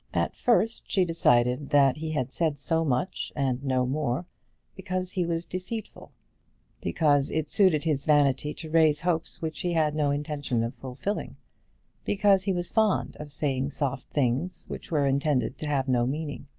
at first she decided that he had said so much and no more because he was deceitful because it suited his vanity to raise hopes which he had no intention of fulfilling because he was fond of saying soft things which were intended to have no meaning.